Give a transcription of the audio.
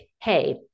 Hey